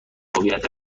هویت